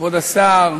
כבוד השר,